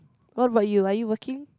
what about you are you working